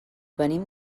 venim